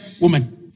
woman